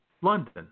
London